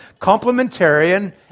Complementarian